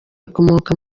ukomoka